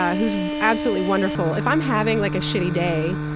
who's absolutely wonderful, if i'm having like a shitty day,